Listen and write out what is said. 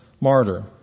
martyr